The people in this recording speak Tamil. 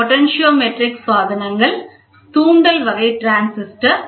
பொட்டென்டோமெட்ரிக் சாதனங்கள் 3 தூண்டல் வகை டிரான்ஸ்யூசர் 4